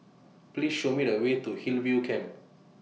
Please Show Me The Way to Hillview Camp